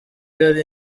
yari